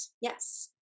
yes